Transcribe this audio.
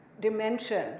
dimension